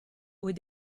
aux